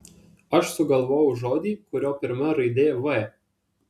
aš sugalvojau žodį kurio pirma raidė v